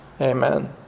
Amen